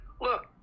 look